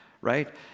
right